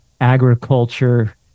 agriculture